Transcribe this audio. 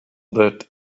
that